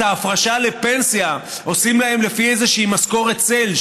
את ההפרשה לפנסיה עושים להם לפי איזושהי "משכורת צל",